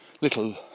little